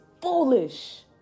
foolish